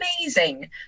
amazing